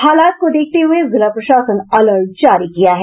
हालात को देखते हुये जिला प्रशासन अलर्ट जारी किया है